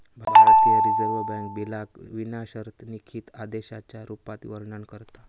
भारतीय reserve bank बिलाक विना शर्त लिखित आदेशाच्या रुपात वर्णन करता